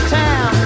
town